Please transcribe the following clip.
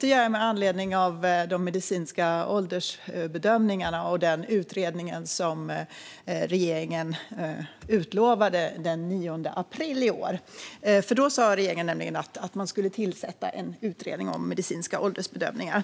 Det gör jag med anledning av de medicinska åldersbedömningarna och den utredning som regeringen utlovade den 9 april i år. Då sa regeringen nämligen att man skulle tillsätta en utredning om medicinska åldersbedömningar.